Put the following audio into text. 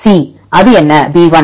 C அது என்ன b1